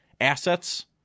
assets